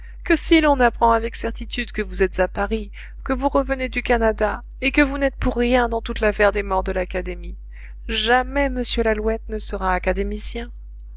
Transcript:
que si l'on apprend avec certitude que vous êtes à paris que vous revenez du canada et que vous n'êtes pour rien dans toute l'affaire des morts de l'académie jamais m lalouette ne sera académicien